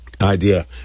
idea